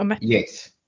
Yes